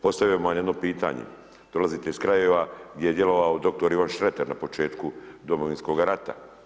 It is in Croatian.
Postavljam vam jedno pitanje, dolazite iz krajeva, gdje je djelovao doktor Ivo Šreter na početku Domovinskog rata.